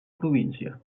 província